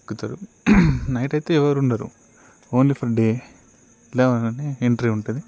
ఎక్కుతారు నైట్ అయితే ఎవరు ఉండరు ఓన్లీ ఫర్ డే లెవెన్ వరకు ఎంట్రీ ఉంటుంది